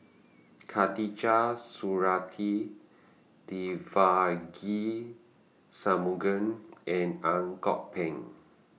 Khatijah Surattee Devagi Sanmugam and Ang Kok Peng